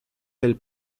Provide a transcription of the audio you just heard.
del